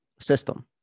system